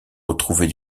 retrouver